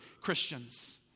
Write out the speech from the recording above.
Christians